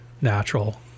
natural